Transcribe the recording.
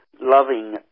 loving